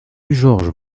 georges